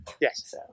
Yes